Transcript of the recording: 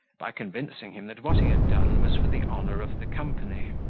by convincing him that what he had done was for the honour of the company.